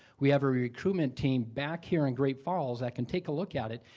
we have a recruitment team back here in great falls that can take a look at it,